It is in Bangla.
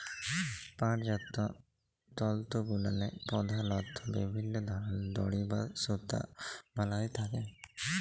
পাটজাত তলতুগুলাল্লে পধালত বিভিল্ল্য ধরলের দড়ি বা সুতা বলা হ্যঁয়ে থ্যাকে